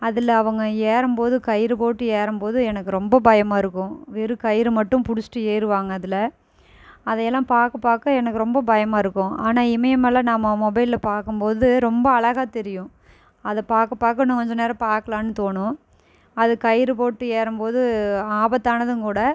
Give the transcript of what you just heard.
அதில் அவங்க ஏறும்போது கயிறு போட்டு ஏறும்போது எனக்கு ரொம்ப பயமாக இருக்கும் வெறும் கயிறை மட்டும் பிடிச்சிட்டு ஏறுவாங்க அதில் அதையெல்லாம் பார்க்க பார்க்க எனக்கு ரொம்ப பயமாக இருக்கும் ஆனால் இமயமலை நான் மொபைலில் பார்க்கம்போது ரொம்ப அழகா தெரியும் அதை பார்க்க பார்க்க இன்னும் கொஞ்ச நேரம் பார்க்கலான்னு தோணும் அது கயிறு போட்டு ஏறும்போது ஆபத்தானதும் கூட